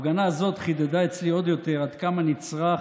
ההפגנה הזאת חידדה אצלי עוד יותר עד כמה נצרך